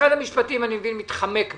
משרד המשפטים מתחמק מהעניין.